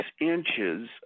inches